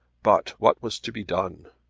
but what was to be done?